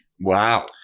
Wow